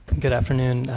good afternoon.